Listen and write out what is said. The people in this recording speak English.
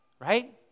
right